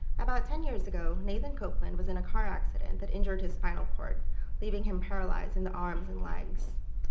about ten years ago, nathan copeland was in a car accident that injured his spinal cord leaving him paralyzed in the arms and legs.